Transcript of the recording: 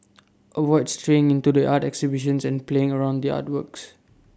avoid straying into the art exhibitions and playing around the artworks